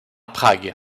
prague